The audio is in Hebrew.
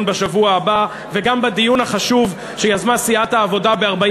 בשבוע הבא וגם בדיון החשוב שיזמה סיעת העבודה,